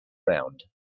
round